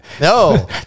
No